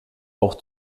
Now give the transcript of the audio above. auch